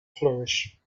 flourish